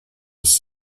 was